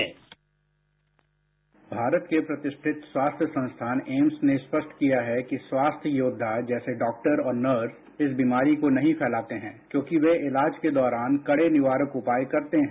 bite Bhupendra Singh Bharat के प्रतिष्ठित स्वास्थ्य संस्थान एम्स ने स्पष्ट किया है कि स्वास्थ्य योद्धा जैसे डॉक्टर और नर्स इस बीमारी को नहीं फैलाते हैं क्योंकि वे इलाज के दौरान कड़े निवारक उपाय करते हैं